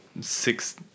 Six